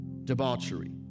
debauchery